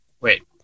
wait